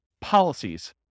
policies